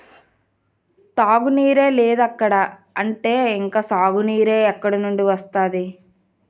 తాగునీరే లేదిక్కడ అంటే ఇంక సాగునీరు ఎక్కడినుండి వస్తది?